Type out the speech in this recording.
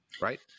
right